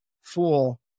fool